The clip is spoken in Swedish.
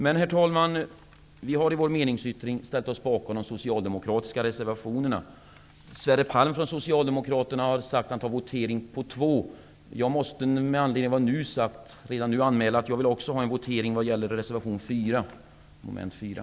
Men vi har, herr talman, i vår meningsyttring ställt oss bakom de socialdemkratiska reservationerna. Sverre Palm från Socialdemokraterna har sagt att han begär votering beträffande två. Jag måste, med anledning av vad jag nu sagt, redan nu anmäla att jag vill ha votering vad gäller reservation 4 under mom. 4.